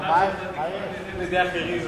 מלאכתם של צדיקים נעשית בידי אחרים.